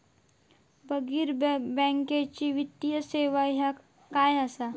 बिगर बँकेची वित्तीय सेवा ह्या काय असा?